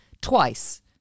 Twice